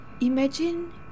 Imagine